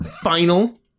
final